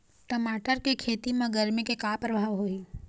टमाटर के खेती म गरमी के का परभाव होही?